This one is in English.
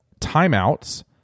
timeouts